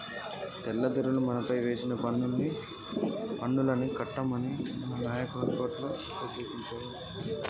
తెల్లదొరలు మనపైన వేసిన పన్నుల్ని కట్టమని మన నాయకులు అప్పట్లోనే యతిరేకించిండ్రు